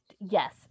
yes